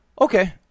Okay